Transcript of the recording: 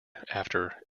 after